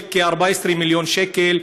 כ-14 מיליון שקל.